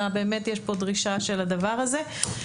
אלא באמת יש פה דרישה של הדבר הזה.